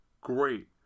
Great